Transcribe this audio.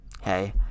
hey